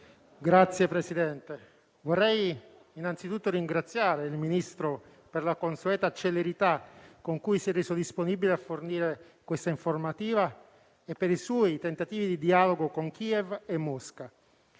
Signor Presidente, vorrei innanzitutto ringraziare il Ministro per la consueta celerità con cui si è reso disponibile a fornire l'informativa e per i suoi tentativi di dialogo con Kiev e Mosca.